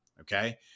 Okay